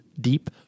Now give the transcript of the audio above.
deep